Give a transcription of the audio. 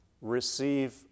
receive